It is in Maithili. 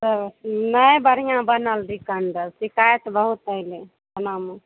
नहि बढ़िआँ बनल चिकन रऽ शिकायत बहुत अयलै खानामे